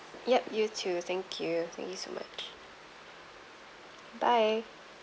yup you too thank you thank you so much bye